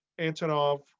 Antonov